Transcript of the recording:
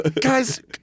Guys